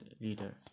leader